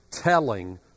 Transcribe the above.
telling